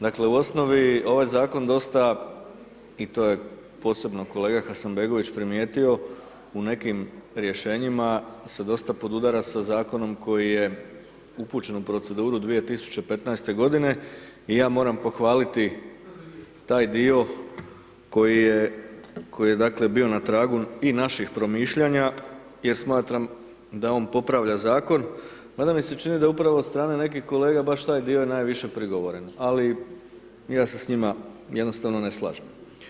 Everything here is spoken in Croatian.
Dakle, u osnovi ovaj zakon dosta i to je posebno kolega Hasanbegović primijetio u nekim rješenjima se dosta podudara sa zakonom koji je upućen u proceduru 2015. godine i ja moram pohvaliti taj dio koji je, koji je dakle bio na tragu i naših promišljanja jer smatram da on popravlja zakon, mada mi se čini da upravo od strane nekih kolega baš taj dio je najviše prigovoren, ali ja se s njima jednostavno ne slažem.